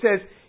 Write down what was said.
says